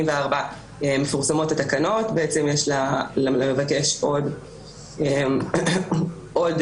מפורסמות התקנות, יש למבקש עוד